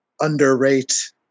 underrate